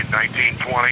1920